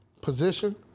position